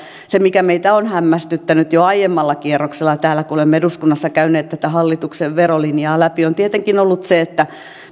se mikä meitä on hämmästyttänyt jo aiemmalla kierroksella täällä kun olemme eduskunnassa käyneet tätä hallituksen verolinjaa läpi on tietenkin ollut se että